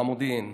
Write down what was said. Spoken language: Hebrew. שר המודיעין,